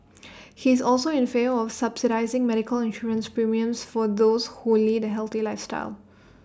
he is also in favour of subsidising medical insurance premiums for those who lead A healthy lifestyle